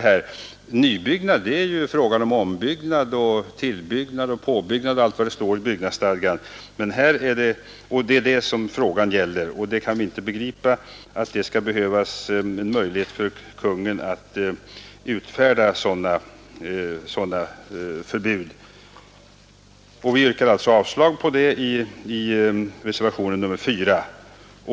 det nybyggnad, och det är ju ombyggnad, tillbyggnad, påbyggnad och allt vad som står i byggnadsstadgan. Vi kan inte begripa att det skall behövas en möjlighet för Kungl. Maj:t att utfärda sådana förbud. Vi yrkar alltså avslag på det i reservationen 4.